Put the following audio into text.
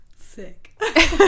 Sick